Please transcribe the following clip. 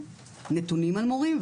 נתונים על מורים,